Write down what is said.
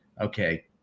okay